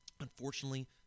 Unfortunately